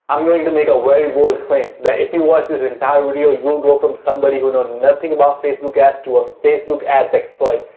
i'm going to make a very bold claim that if you watch this entire video you'll go from somebody who know nothing about facebook ads to a facebook ads expert.